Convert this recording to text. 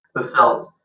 fulfilled